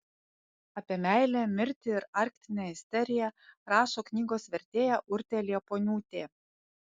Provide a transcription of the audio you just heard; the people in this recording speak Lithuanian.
apie meilę mirtį ir arktinę isteriją rašo knygos vertėja urtė liepuoniūtė